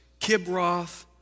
Kibroth